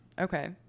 Okay